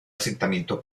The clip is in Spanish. asentamiento